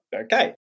Okay